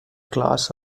class